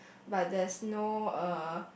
but there's no uh